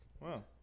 Wow